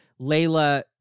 Layla